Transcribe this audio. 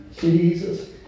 Jesus